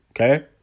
Okay